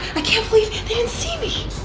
i can't believe they didn't see me.